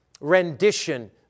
rendition